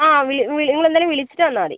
ആ വിളി വിളി നിങ്ങളെന്തായാലും വിളിച്ചിട്ട് വന്നാൽ മതി